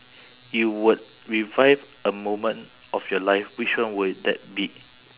you would revive a moment of your life which one would that be